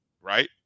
right